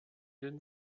den